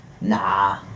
Nah